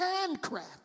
handcraft